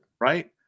right